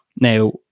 Now